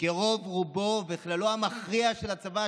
כי רוב-רובו וכללו המכריע של הצבא,